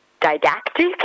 didactic